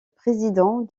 président